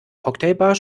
cocktailbar